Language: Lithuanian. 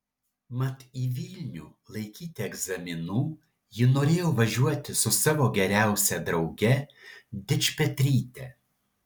mat į vilnių laikyti egzaminų ji norėjo važiuoti su savo geriausia drauge dičpetryte